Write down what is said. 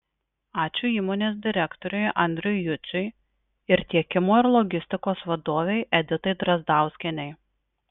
ačiū įmonės direktoriui andriui juciui ir tiekimo ir logistikos vadovei editai drazdauskienei